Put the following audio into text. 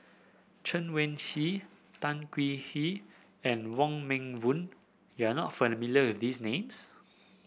Chen Wen Hsi Tan Hwee Hwee and Wong Meng Voon you are not familiar with these names